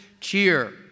cheer